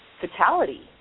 fatality